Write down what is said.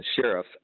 sheriff